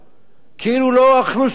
כאילו לא אכלו שום דבר.